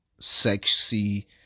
sexy